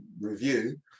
review